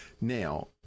Now